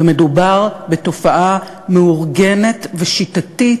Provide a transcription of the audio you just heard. ומדובר בתופעה מאורגנת ושיטתית,